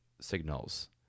signals